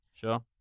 Sure